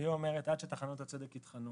המדינה אומרת - עד שטחנות הצדק יטחנו,